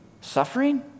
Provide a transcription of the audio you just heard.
Suffering